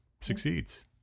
succeeds